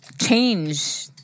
change